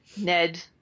Ned